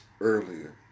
earlier